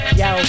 yo